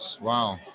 Wow